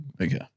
Okay